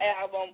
album